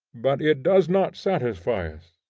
but it does not satisfy us,